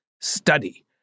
Study